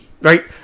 Right